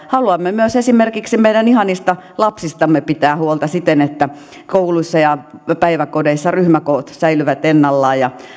haluamme myös esimerkiksi meidän ihanista lapsistamme pitää huolta siten että kouluissa ja päiväkodeissa ryhmäkoot säilyvät ennallaan ja